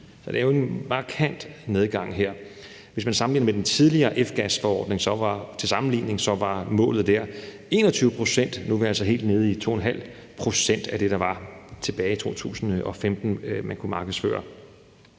Det er jo en markant nedgang. Hvis man sammenligner med den tidligere F-gasforordning, så var målet der 21 pct., og nu er vi altså helt nede i 2,5 pct. af det, der var tale om tilbage 2015, og som man måtte markedsføre.